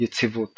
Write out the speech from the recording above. יציבות